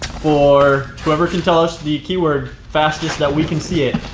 for whoever can tell us the keyword, fastest that we can see it.